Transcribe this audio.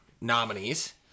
nominees